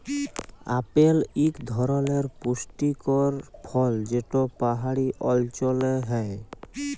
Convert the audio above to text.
apple ইক ধরলের পুষ্টিকর ফল যেট পাহাড়ি অল্চলে হ্যয়